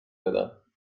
بدم